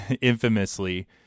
infamously